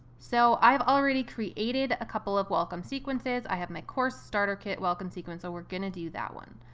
so i've already created a couple of welcome sequences, i have my course starter kit welcome sequence. so we're gonna do that one.